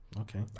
Okay